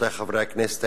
רבותי חברי הכנסת,